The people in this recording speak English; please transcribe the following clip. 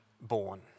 born